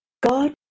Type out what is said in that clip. God